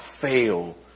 fail